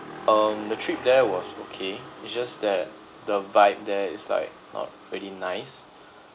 um the trip there was okay it's just that the vibe there is like not very nice